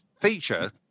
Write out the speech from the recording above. feature